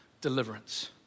deliverance